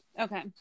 Okay